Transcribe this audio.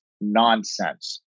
nonsense